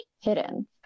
hidden